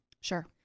Sure